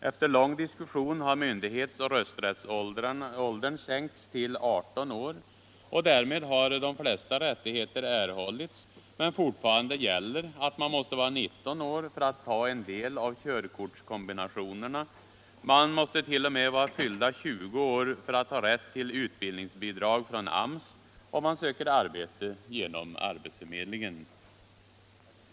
Efter lång diskussion har myndighetsoch rösträttsåldern sänkts till 18 år, och därmed har de flesta rättigheter erhållits vid den åldern, men fortfarande gäller att man måste vara 19 år för att kunna ta en del av körkortskombinationerna. Man måste t.o.m. vara fyllda 20 år för att ha rätt till utbildningsbidrag från AMS om man söker arbete genom arbetsförmedlingen.